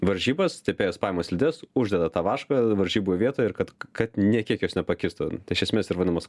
varžybas tepėjas paima slides uždeda tą vašką varžybų vietoje ir kad kad nė kiek jos nepakistų tai iš esmės ir vadinamas